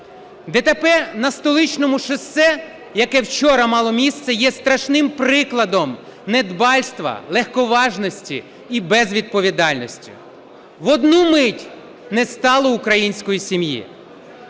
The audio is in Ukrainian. ДТП на Столичному шосе, яке вчора мало місце, є страшним прикладом недбальства, легковажності і безвідповідальності. В одну мить не стало української сім'ї.